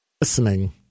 listening